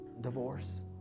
divorce